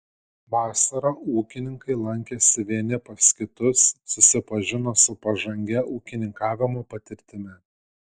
vasarą ūkininkai lankėsi vieni pas kitus susipažino su pažangia ūkininkavimo patirtimi